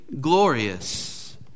glorious